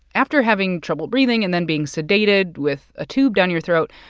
after having trouble breathing and then being sedated with a tube down your throat,